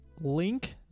link